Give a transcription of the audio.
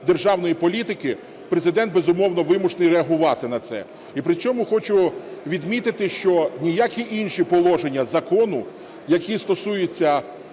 державної політики, Президент, безумовно, вимушений реагувати на це. І при цьому хочу відмітити, що ніякі інші положення закону, які стосуються